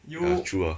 ya true uh